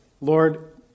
Lord